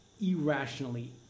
irrationally